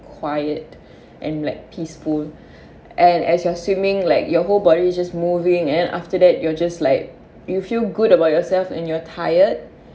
quiet and like peaceful and as you are swimming like your whole body just moving and after that you're just like you feel good about yourself and you're tired